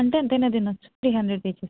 అంటే ఎంతైనా తినవచ్చు త్రీ హండ్రెడ్ పే చేసి